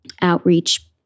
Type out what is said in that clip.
outreach